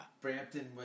Brampton